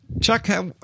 Chuck